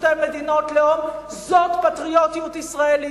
שתי מדינות לאום זאת פטריוטיות ישראלית.